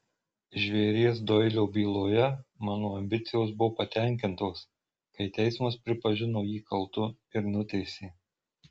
žvėries doilio byloje mano ambicijos buvo patenkintos kai teismas pripažino jį kaltu ir nuteisė